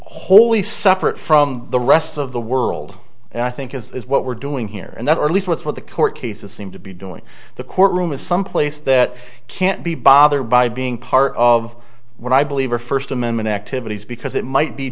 suffered from the rest of the world and i think is what we're doing here and that at least what's what the court cases seem to be doing the courtroom is some place that can't be bothered by being part of what i believe are first amendment activities because it might be